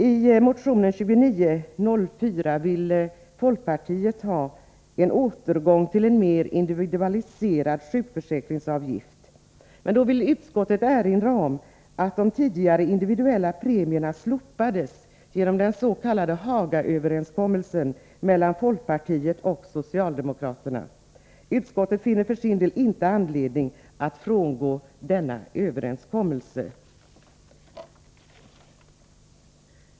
I motion 2904 vill folkpartiet ha en återgång till en mer individualiserad sjukförsäkringsavgift. Utskottet erinrar då om att de tidigare individuella premierna slopades genom den s.k. Haga-överenskommelsen mellan folkpartiet och socialdemokraterna. Utskottet finner för sin del inte anledning att frångå denna överenskommelse.